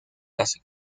las